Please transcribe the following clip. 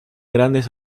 grandes